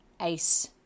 ace